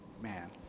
Man